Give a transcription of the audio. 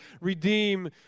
redeem